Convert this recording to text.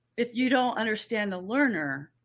if you don't understand the learner.